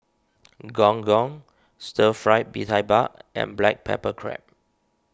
Gong Gong Stir Fry Bee Tai Mak and Black Pepper Crab